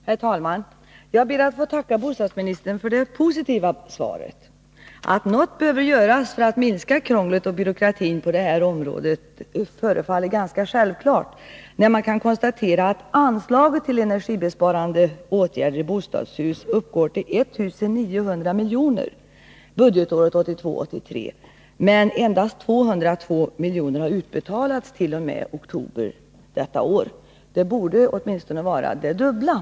Herr talman! Jag ber att få tacka bostadsministern för det positiva svaret. Att något behöver göras för att minska krånglet och byråkratin på det här området förefaller ganska självklart, när man kan konstatera att anslaget till energibesparande åtgärder i bostadshus uppgår till 1900 milj.kr. för budgetåret 1982/83 men att endast 202 milj.kr. har utbetalats t.o.m. oktober detta år. Det borde vara åtminstone det dubbla.